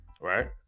Right